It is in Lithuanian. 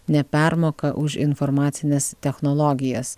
nepermoka už informacines technologijas